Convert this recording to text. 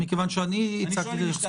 מכיוון שאני הצגתי את זה,